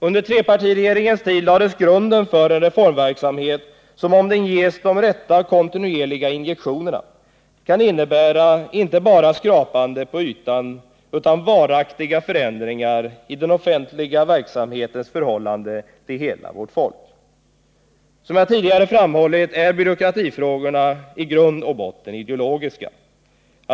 Under trepartiregeringens tid lades grunden till en reformverksamhet som, om den ges de rätta kontinuerliga injektionerna, kan innebära inte bara skrapande på ytan utan varaktiga förändringar i den offentliga verksamhetens förhållande till hela vårt folk. Som jag tidigare framhållit är byråkratifrågorna i grund och botten krångel och onödig byråkrati krångel och onödig byråkrati ideologiska.